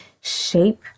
shape